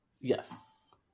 yes